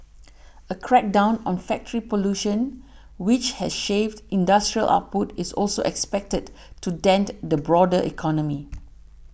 a crackdown on factory pollution which has shaved industrial output is also expected to dent the broader economy